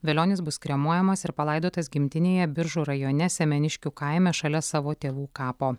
velionis bus kremuojamas ir palaidotas gimtinėje biržų rajone semeniškių kaime šalia savo tėvų kapo